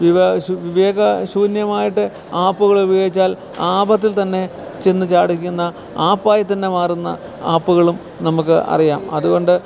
വിവേകശൂന്യമായിട്ട് ആപ്പുകളെ ഉപയോഗിച്ചാൽ ആപത്തിൽ തന്നെ ചെന്നു ചാടിക്കുന്ന ആപ്പായി തന്നെ മാറുന്ന ആപ്പുകളും നമുക്ക് അറിയാം അതുകൊണ്ട്